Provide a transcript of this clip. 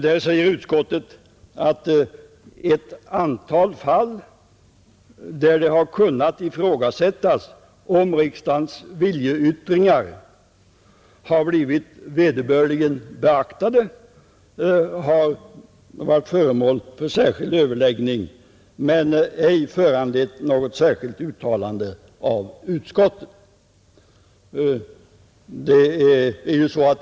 Utskottet säger att ett antal fall, där det har kunnat frågasättas om riksdagens viljeyttringar blivit vederbörligen beaktade, har varit föremål för överläggning men ej föranlett något särskilt uttalande av utskottet.